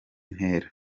ntera